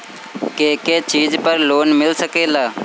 के के चीज पर लोन मिल सकेला?